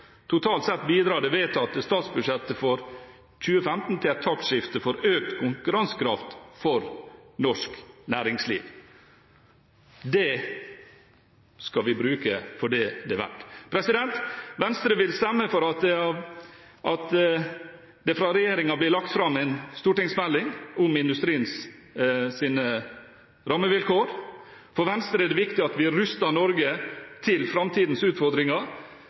Totalt sett bidrar det vedtatte statsbudsjettet for 2015 til et taktskifte for økt konkurransekraft for norsk næringsliv. Det skal vi bruke for det det er verdt. Venstre vil stemme for at det fra regjeringens side blir lagt fram en stortingsmelding om industriens rammevilkår. For Venstre er det viktig at vi ruster Norge for framtidens utfordringer